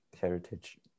heritage